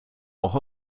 auch